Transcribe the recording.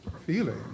feeling